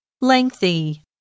Lengthy